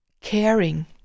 caring